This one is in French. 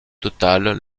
total